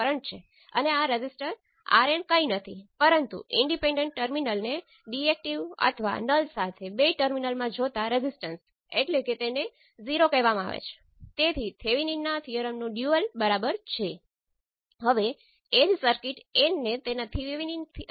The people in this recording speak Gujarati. કારણ કે અહીં ઇન્ડિપેન્ડન્ટ વેરિયેબલ કરંટ છે આપણે 0 ને કરંટ સેટ કરીએ છીએ એટલે કે પોર્ટ ઓપન સર્કિટ બને છે પોર્ટ ઓપન સર્કિટ થાય છે